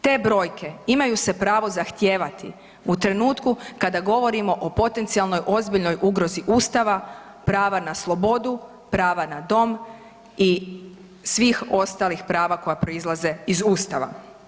Te brojke imaju se pravo zahtijevati u trenutku kada govorimo o potencijalnoj ozbiljnoj ugrozi Ustava, prava na slobodu, prava na dom i svih ostalih prava koje proizlaze iz Ustava.